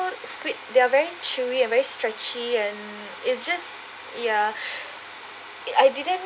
squid they're very chewy and very stretchy and it's just ya I didn't